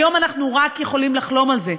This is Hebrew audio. היום אנחנו רק יכולים לחלום על זה,